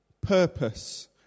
purpose